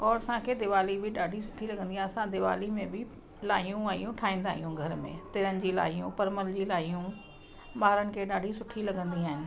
और असांखे दीवाली बि ॾाढी सुठी लॻंदी आहे असां दीवाली में बि लाइयूं वायूं ठाहींदा आहियूं घर में तिरनि जी लाइयूं परमल जी लाइयूं ॿारनि खे ॾाढी सुठी लॻंदी आहिनि